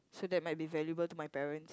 so that might be valuable to my parents